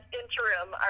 interim